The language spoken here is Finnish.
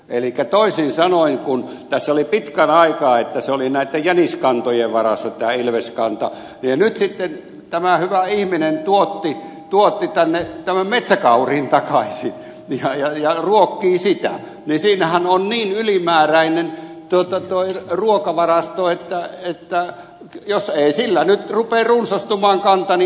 elikkä toisin sanoen kun tässä oli pitkän aikaa niin että ilveskanta oli jäniskantojen varassa ja nyt tämä hyvä ihminen tuotti tänne metsäkauriin takaisin ja ruokkii sitä niin siinähän on niin ylimääräinen ruokavarasto että jos ei sillä nyt rupea runsastumaan kanta niin ei sitten millään